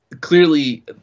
clearly